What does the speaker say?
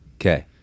Okay